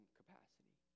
capacity